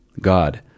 God